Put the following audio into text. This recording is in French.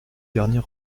dernier